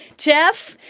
jeff,